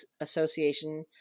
Association